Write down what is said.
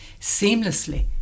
seamlessly